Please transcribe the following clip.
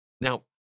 Now